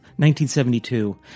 1972